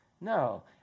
No